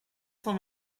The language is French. cent